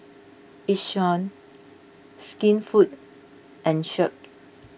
Yishion Skinfood and Schick